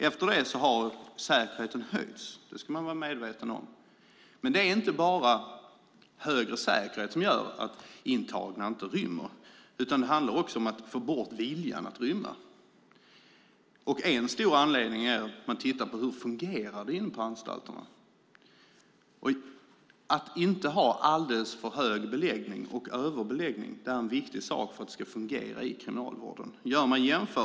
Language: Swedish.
Efter det har säkerheten höjts. Det ska man vara medveten om. Men det är inte bara högre säkerhet som gör att intagna inte rymmer. Det handlar också om att få bort viljan att rymma. En stor anledning är att man tittar på hur det fungerar inne på anstalterna. Att inte ha alltför hög beläggning, överbeläggning, är viktigt för att det ska fungera i kriminalvården.